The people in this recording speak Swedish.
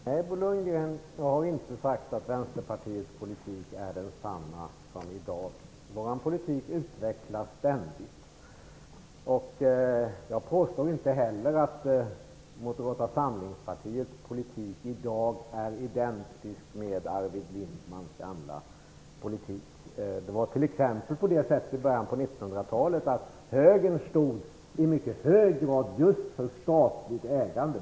Fru talman! Jag har inte sagt att Vänsterpartiets politik är densamma i dag. Vår politik utvecklas ständigt. Jag påstod inte heller att Moderata samlingspartiets politik i dag är identisk med Arvid Lindmans gamla politik. I början av 1900-talet stod högern i mycket hög grad just för statlig ägande.